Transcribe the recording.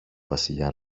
βασιλιά